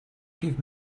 give